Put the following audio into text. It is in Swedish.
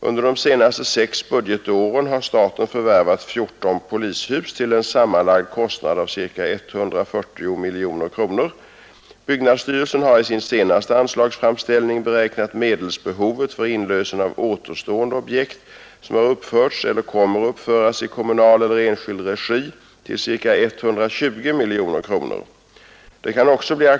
Under de senaste sex budgetåren har staten förvärvat 14 polishus till en — Nr 133 kommunal eller enskild regi till ca 120 miljoner kronor. Det kan också bli — Ang.